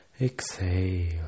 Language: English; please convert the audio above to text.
Exhale